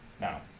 Now